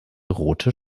rote